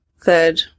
third